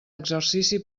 exercici